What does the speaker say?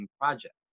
project